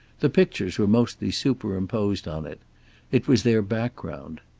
the pictures were mostly superimposed on it it was their background.